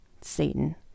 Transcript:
Satan